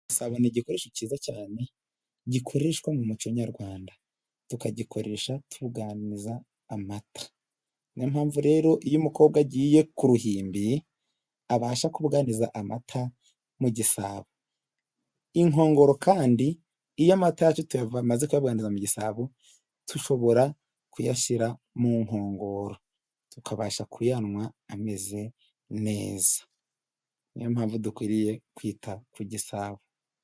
Igisabo ni igikoresho cyiza cyane gikoreshwa mu muco nyarwanda, tugikoresha tubuganiza amata ni yo mpamvu rero iyo umukobwa agiye ku ruhimbi, abasha kubuganiza amata mu gisabo, inkongoro kandi iyo amata tumaze kuyabuganiriza mu gisabo dushobora kuyashyira mu nkongoro, tukabasha kuyanwa ameze neza ni yo mpamvu dukwiriye kwita ku gisabo.